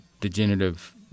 degenerative